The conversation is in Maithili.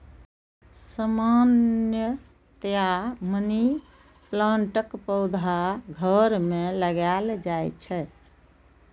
सामान्यतया मनी प्लांटक पौधा घर मे लगाएल जाइ छै